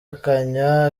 akanywa